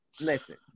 listen